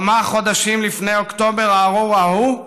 כמה חודשים לפני אוקטובר הארור ההוא,